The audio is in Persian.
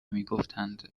میگفتند